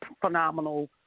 phenomenal